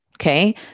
Okay